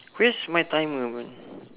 where's my timer my